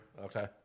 okay